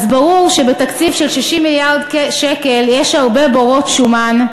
אז ברור שבתקציב של 60 מיליארד שקל יש הרבה בורות שומן,